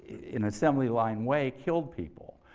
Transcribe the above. in an assembly line way, killed people?